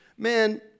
Man